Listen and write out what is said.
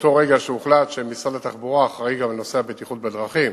מאותו רגע שהוחלט שמשרד התחבורה אחראי גם לנושא הבטיחות בדרכים,